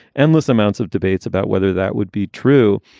endless amounts of debates about whether that would be true